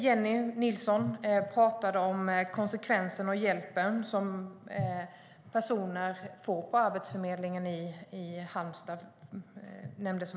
Jennie Nilsson pratade om konsekvenserna och om hjälpen som personer får på Arbetsförmedlingen i Halmstad.